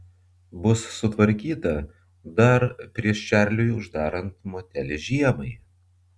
bus sutvarkyta dar prieš čarliui uždarant motelį žiemai